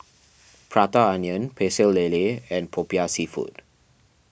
Prata Onion Pecel Lele and Popiah Seafood